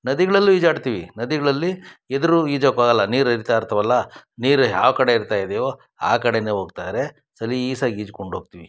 ನದಿಗಳಲ್ಲೂ ಈಜಾಡ್ತೀವಿ ನದಿಗಳಲ್ಲಿ ಎದುರು ಈಜೋಕ್ಕಾಗಲ್ಲ ನೀರು ಹರೀತಾ ಇರ್ತವಲ್ಲ ನೀರು ಯಾವ ಕಡೆ ಹರಿತಾಯಿದೆಯೋ ಆ ಕಡೆನೇ ಹೋಗ್ತಾರೆ ಸಲೀಸಾಗಿ ಈಜಿಕೊಂಡು ಹೋಗ್ತೀವಿ